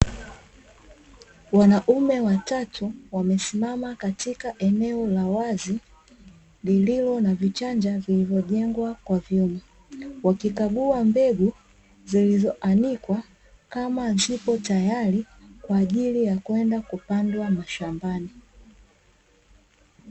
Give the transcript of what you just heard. Wanaume watatu wamesimama katika eneo la wazi lililo na vichanja vilivyojengwa kwa vyuma, wakikagua mbegu zilizoanikwa kama zipo tayari kwa ajili ya kwenda kupandwa mashambani.